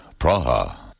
Praha. (